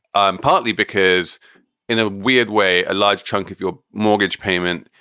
um partly because in a weird way, a large chunk of your mortgage payment,